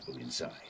inside